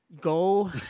Go